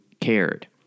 cared